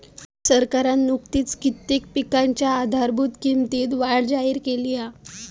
सरकारना नुकतीच कित्येक पिकांच्या आधारभूत किंमतीत वाढ जाहिर केली हा